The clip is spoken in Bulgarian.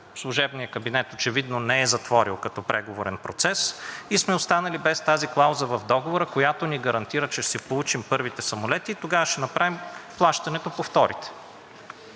служебният кабинет очевидно не е затворил като преговорен процес, и сме останали без тази клауза в договора, която ни гарантира, че ще си получим първите самолети и тогава ще направим плащането по вторите.